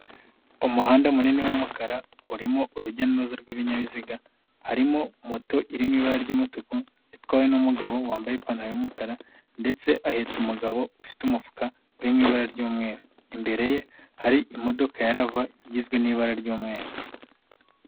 Umuhanda munini w'umukara, urimo urujyaoza rw'ibinyabiziga, harimo moto iri mu ibara ry'umutuku, itwawe n'umugabo wambaye ipantaro y'umukara ndetse ahetse umugabo ufite umufuka uri mu ibara ry'umweru, imbere ye hari imodoka ya Lava igizwe n'ibara ry'umweru.